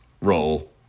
roll